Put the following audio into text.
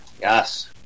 Yes